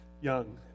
young